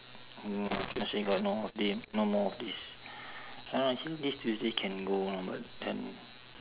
no she'll say got no half day no more off days don't know actually this tuesday can go one but then